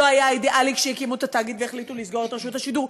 לא היה אידיאלי כשהקימו את התאגיד והחליטו לסגור את רשות השידור,